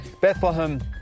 Bethlehem